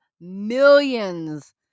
millions